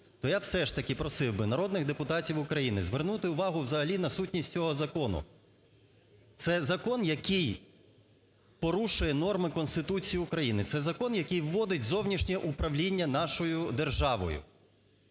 то я все ж таки просив би народних депутатів України звернути увагу взагалі на сутність цього закону. Це закон, який порушує норми Конституції України, це закон, який вводить зовнішнє управління нашою державою.